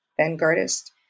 vanguardist